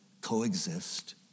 Coexist